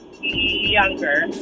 Younger